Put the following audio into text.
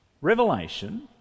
Revelation